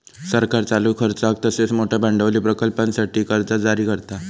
सरकार चालू खर्चाक तसेच मोठयो भांडवली प्रकल्पांसाठी कर्जा जारी करता